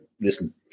listen